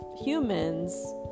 humans